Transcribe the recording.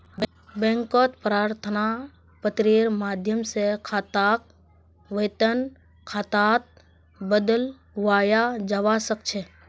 बैंकत प्रार्थना पत्रेर माध्यम स खाताक वेतन खातात बदलवाया जबा स ख छ